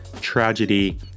tragedy